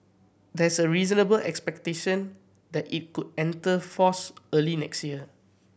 there's a reasonable expectation that it could enter force early next year